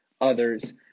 others